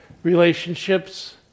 Relationships